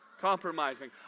compromising